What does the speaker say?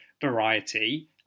variety